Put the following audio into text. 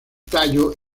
tallo